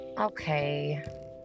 okay